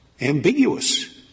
ambiguous